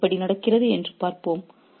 அது எப்படி நடக்கிறது என்று பார்ப்போம்